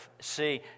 see